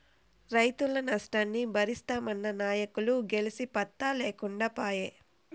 రైతుల నష్టాన్ని బరిస్తామన్న నాయకులు గెలిసి పత్తా లేకుండా పాయే